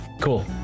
Cool